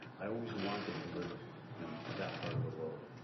i always wanted to live in that part of the world.